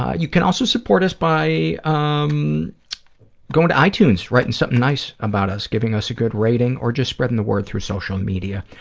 ah you can also support us by um going to itunes, writing something nice about us, giving us a good rating, or just spreading the word through social media.